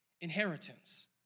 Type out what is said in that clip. inheritance